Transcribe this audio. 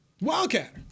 Wildcat